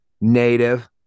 native